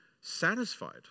satisfied